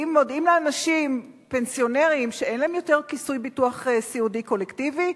מודיעים לאנשים פנסיונרים שאין להם יותר כיסוי ביטוח סיעודי קולקטיבי: